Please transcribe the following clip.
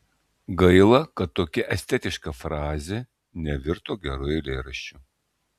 gaila kad tokia estetiška frazė nevirto geru eilėraščiu